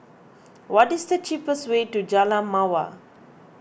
what is the cheapest way to Jalan Mawar